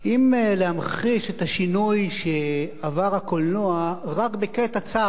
אם להמחיש את השינוי שעבר הקולנוע רק בקטע צר,